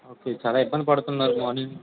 okay చాలా ఇబ్బంది పడుతున్నారు మార్నింగ్ నుంచి